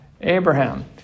Abraham